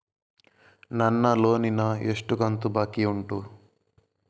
ನನ್ನ ಲೋನಿನ ಎಷ್ಟು ಕಂತು ಬಾಕಿ ಉಂಟು?